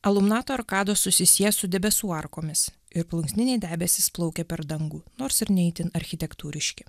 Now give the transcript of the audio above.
alumnato arkados susisieja su debesų arkomis ir plunksniniai debesys plaukė per dangų nors ir ne itin architektūriški